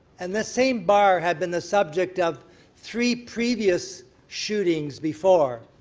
and the same bar had been the subject of three previous shootings before.